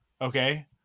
okay